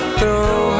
throw